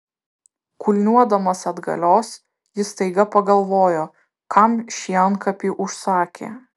kulniuodamas atgalios jis staiga pagalvojo kam šį antkapį užsakė